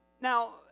Now